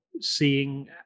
seeing